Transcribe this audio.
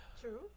True